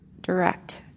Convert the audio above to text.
direct